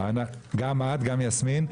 גם את יסמין.